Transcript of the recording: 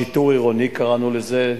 שיטור עירוני קראנו לזה,